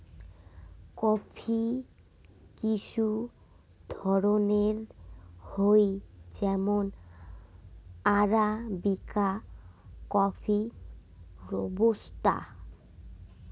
coffee কিসু ধরণের হই যেমন আরাবিকা কফি, রোবুস্তা